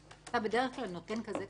אתה בדרך כלל נותן כזה כבוד לממלכה.